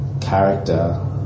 character